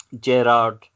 Gerard